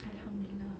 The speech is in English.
alhamdulillah